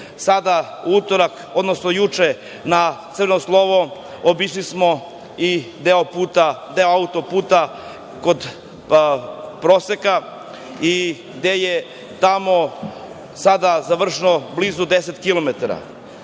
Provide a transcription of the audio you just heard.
Sada, u utorak, odnosno juče na crveno slovo, obišli smo i deo autoputa kod Proseka i tamo je sada završeno blizu 10 kilometara.